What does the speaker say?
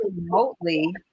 remotely